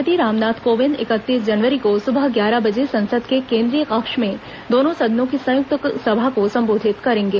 राष्ट्रपति रामनाथ कोविंद इकतीस जनवरी को सुबह ग्यारह बजे संसद के केंद्रीय कक्ष में दोनों सदनों की संयुक्त सभा को संबोधित करेंगे